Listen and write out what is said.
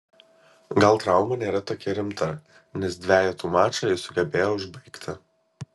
gal trauma nėra tokia rimta nes dvejetų mačą jis sugebėjo užbaigti